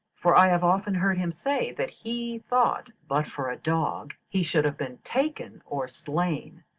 for i have often heard him say that he thought but for a dog he should have been taken or slain.